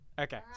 Okay